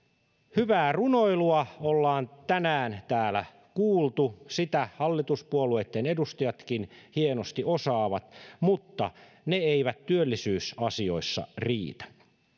hyvää runoilua ollaan tänään täällä kuultu sitä hallituspuolueitten edustajatkin hienosti osaavat mutta ne eivät työllisyysasioissa riitä